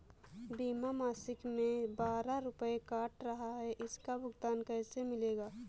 बीमा मासिक में बारह रुपय काट रहा है इसका भुगतान कैसे मिलेगा?